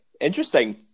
interesting